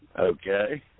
Okay